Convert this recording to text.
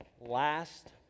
last